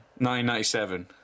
1997